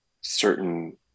certain